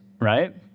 right